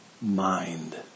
mind